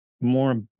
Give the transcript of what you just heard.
more